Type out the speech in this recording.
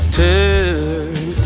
turn